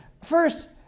first